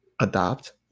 adopt